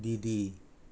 दिदी